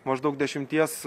maždaug dešimties